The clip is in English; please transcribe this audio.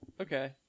Okay